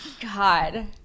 God